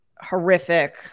horrific